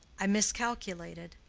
i miscalculated.